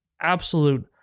absolute